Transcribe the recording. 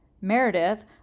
Meredith